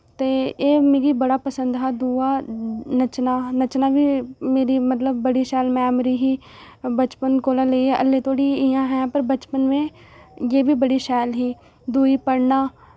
ते एह् मिकी बड़ा पसंद हा दुआ नच्चना नच्चना बी मेरी मतलब बड़ी शैल मैमरी ही बचपन कोला लेइयै हल्ले धोड़ी इ'यां हैं पर बचपन में एह् बी बड़ी शैल ही दुई पढ़ना